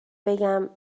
بگم